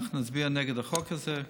נצביע נגד החוק הזה.